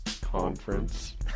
conference